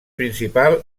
principal